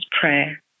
prayer